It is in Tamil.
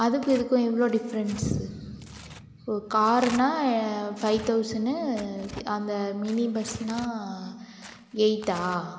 அதுக்கும் இதுக்கும் எவ்வளோ டிஃப்ரெண்ட்ஸு ஓ காருனால் ஃபைவ் தௌசண்ட்னு அந்த மினி பஸ்னால் எயிட்டா